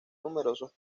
numerosos